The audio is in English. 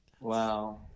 Wow